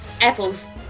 apples